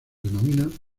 denominan